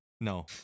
No